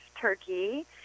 Turkey